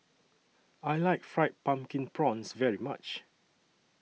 I like Fried Pumpkin Prawns very much